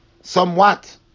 Somewhat